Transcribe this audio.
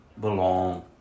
belong